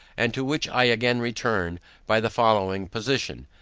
and to which i again return by the following position,